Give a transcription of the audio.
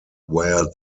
where